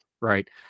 right